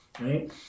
right